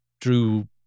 drew